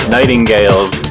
Nightingales